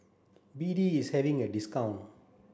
B D is having a discount